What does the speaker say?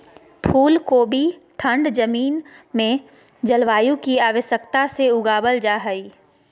फूल कोबी ठंड जमीन में जलवायु की आवश्यकता से उगाबल जा हइ